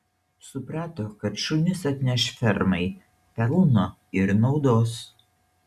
suprato kad šunys atneš fermai pelno ir naudos